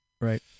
Right